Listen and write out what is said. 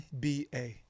NBA